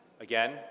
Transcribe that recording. Again